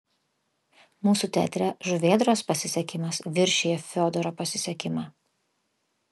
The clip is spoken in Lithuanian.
mūsų teatre žuvėdros pasisekimas viršija fiodoro pasisekimą